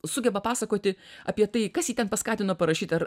sugeba pasakoti apie tai kas jį ten paskatino parašyt ar